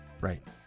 Right